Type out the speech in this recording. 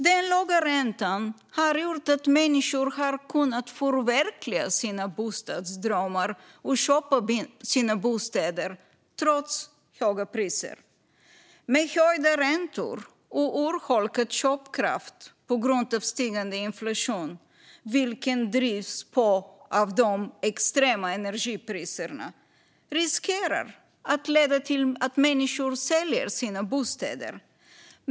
Den låga räntan har gjort att människor har kunnat förverkliga sina bostadsdrömmar och köpa sina bostäder trots höga priser. Men höjda räntor och urholkad köpkraft på grund av stigande inflation, vilken drivs på av de extrema energipriserna, riskerar att leda till att människor säljer sina bostäder.